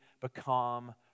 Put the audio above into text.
become